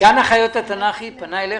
גן החיות התנ"כי פנה אליך?